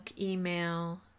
email